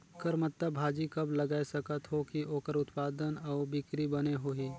करमत्ता भाजी कब लगाय सकत हो कि ओकर उत्पादन अउ बिक्री बने होही?